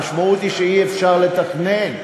המשמעות היא שאי-אפשר לתכנן.